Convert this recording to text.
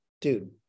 dude